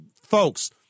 folks